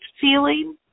feeling